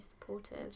supportive